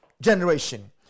generation